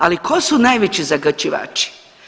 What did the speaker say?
Ali tko su najveći zagađivači?